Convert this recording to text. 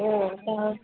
ও তা